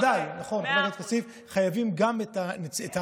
ודאי, נכון, חייבים גם את המשפחות.